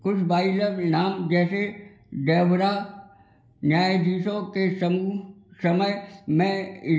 कुछ नाम जैसे जेब्रा न्यायधीशों के समूह समय में